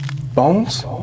bones